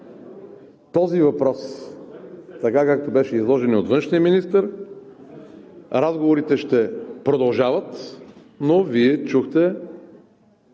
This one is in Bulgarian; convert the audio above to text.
този въпрос – така, както беше изложен и от външния министър, разговорите ще продължават, но Вие чухте